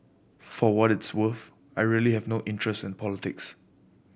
for what it is worth I really have no interest in politics